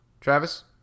Travis